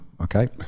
Okay